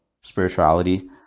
spirituality